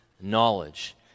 knowledge